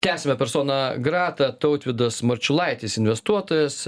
tęsiame personą gratą marčiulaitis investuotojas